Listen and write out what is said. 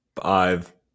Five